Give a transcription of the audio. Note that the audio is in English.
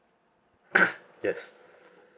yes